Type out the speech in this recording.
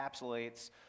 encapsulates